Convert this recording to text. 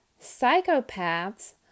psychopaths